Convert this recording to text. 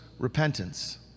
Repentance